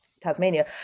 Tasmania